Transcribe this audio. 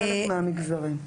בחלק מהמגזרים.